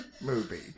movie